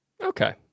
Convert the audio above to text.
Okay